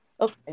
okay